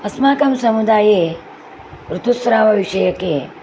अस्माकं समुदाये ऋतुस्रावविषयके